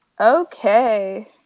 Okay